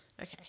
Okay